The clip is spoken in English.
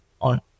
on